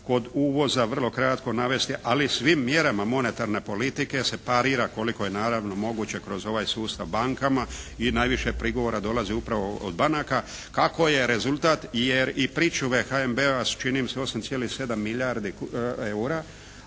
Kod uvoza vrlo kratko navesti, ali svim mjerama monetarne politike se parira koliko je naravno moguće kroz ovaj sustav bankama i najviše prigovora dolazi upravo od banaka kako je rezultat, jer i pričuve HNB-a su čini mi se 8,7 milijardi eura,